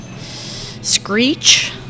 Screech